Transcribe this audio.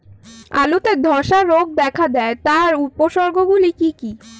আলুতে ধ্বসা রোগ দেখা দেয় তার উপসর্গগুলি কি কি?